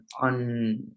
on